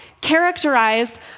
characterized